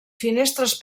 finestres